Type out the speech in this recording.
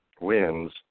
wins